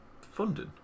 funding